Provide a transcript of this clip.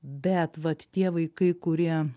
bet vat tie vaikai kurie